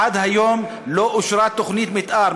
עד היום לא אושרה תוכנית מתאר.